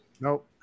Nope